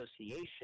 association